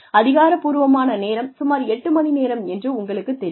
அதிகாரப்பூர்வமான நேரம் சுமார் எட்டு மணி நேரம் என்று உங்களுக்குத் தெரியும்